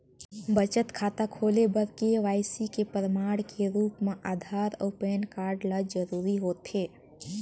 बचत खाता खोले बर के.वाइ.सी के प्रमाण के रूप म आधार अऊ पैन कार्ड ल जरूरी होथे